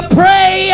pray